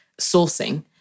sourcing